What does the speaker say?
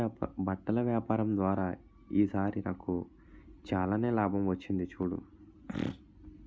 బట్టల వ్యాపారం ద్వారా ఈ సారి నాకు చాలానే లాభం వచ్చింది చూడు